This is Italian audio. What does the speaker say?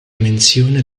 menzione